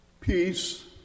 Peace